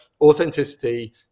authenticity